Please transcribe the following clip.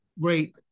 great